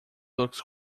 looks